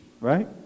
right